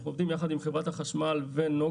אנחנו עובדים ביחד עם חברת החשמל ונגה,